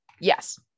yes